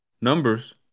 numbers